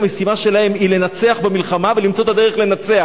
המשימה שלהם היא לנצח במלחמה ולמצוא את הדרך לנצח